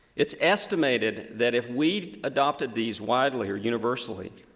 it's estimated that if we adopted these widely or universally,